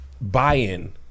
buy-in